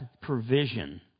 provision